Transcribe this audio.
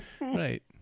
Right